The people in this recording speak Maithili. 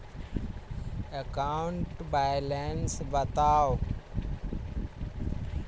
एकाउंट बैलेंस बताउ